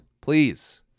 Please